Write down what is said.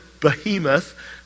behemoth